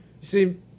see